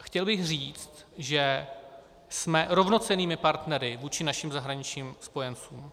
Chtěl bych říct, že jsme rovnocennými partnery vůči našim zahraničním spojencům.